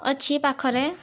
ଅଛି ପାଖରେ